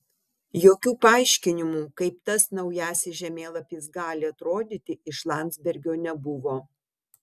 jokių paaiškinimų kaip tas naujasis žemėlapis gali atrodyti iš landsbergio nebuvo